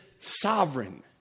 sovereign